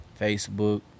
Facebook